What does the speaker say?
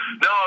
No